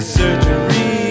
surgery